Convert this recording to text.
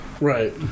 Right